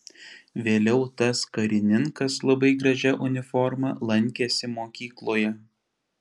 vėliau tas karininkas labai gražia uniforma lankėsi mokykloje